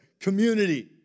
community